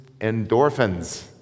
endorphins